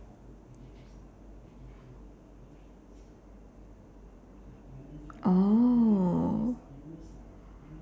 oh